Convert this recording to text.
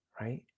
Right